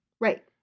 Right